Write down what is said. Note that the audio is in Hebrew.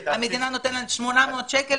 המדינה נותנת 800 שקל.